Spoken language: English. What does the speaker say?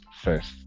first